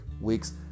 weeks